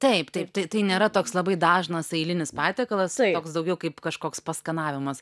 taip taip tai tai nėra toks labai dažnas eilinis patiekalas toks daugiau kaip kažkoks paskanavimas